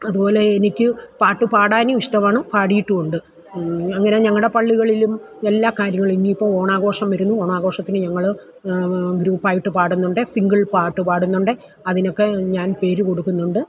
അതുപോലെ എനിക്ക് പാട്ട് പാടാനും ഇഷ്ടമാണ് പാടിയിട്ടുമുണ്ട് അങ്ങനെ ഞങ്ങളുടെ പള്ളികളിലും എല്ലാ കാര്യങ്ങളും ഇപ്പം ഓണാഘോഷം വരുന്നു ഓണാഘോഷത്തിന് ഞങ്ങൾ ഗ്രൂപ്പായിട്ട് പാടുന്നുണ്ട് സിംഗിൾ പാട്ട് പാടുന്നുണ്ട് അതിനൊക്കെ ഞാൻ പേര് കൊടുക്കുന്നുണ്ട്